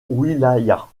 wilaya